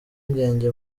impungenge